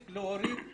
כל החלטה